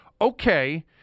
Okay